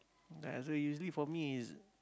uh so usually for me is